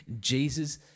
Jesus